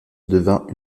devint